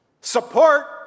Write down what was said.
support